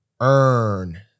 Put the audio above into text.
earn